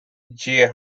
jay